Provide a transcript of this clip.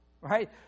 right